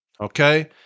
Okay